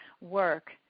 work